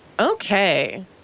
Okay